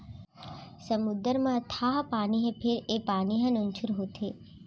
समुद्दर म अथाह पानी हे फेर ए पानी ह नुनझुर होथे